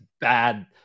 bad